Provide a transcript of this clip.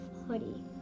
hoodie